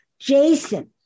Jason